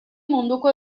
munduko